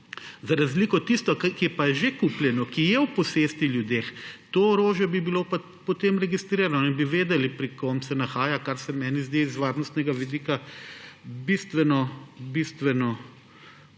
trgu. Tisto, ki pa je že kupljeno, ki je v posesti ljudi, to orožje bi bilo pa potem registrirano in bi vedeli, pri kom se nahaja, kar se meni zdi z varnostnega vidika bistveno, bistveno